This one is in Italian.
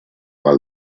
val